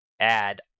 add